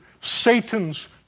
Satan's